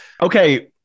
Okay